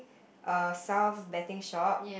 err Sal's betting shop